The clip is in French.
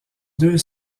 deux